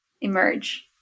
emerge